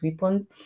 weapons